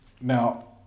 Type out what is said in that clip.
now